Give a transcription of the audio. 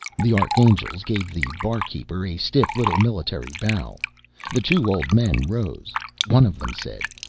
the archangels gave the barkeeper a stiff little military bow the two old men rose one of them said,